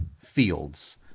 fields